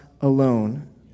alone